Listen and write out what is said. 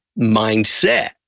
mindset